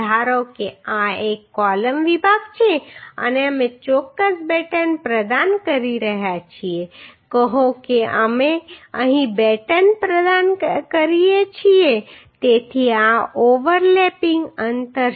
ધારો કે આ એક કૉલમ વિભાગ છે અને અમે ચોક્કસ બેટન પ્રદાન કરી રહ્યા છીએ કહો કે અમે અહીં બેટન પ્રદાન કરીએ છીએ તેથી આ ઓવરલેપિંગ અંતર છે